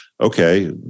okay